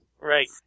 Right